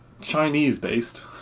Chinese-based